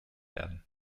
werden